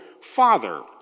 father